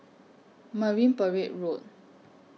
Marine Parade Road